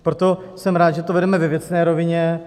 Proto jsem rád, že to vedeme ve věcné rovině.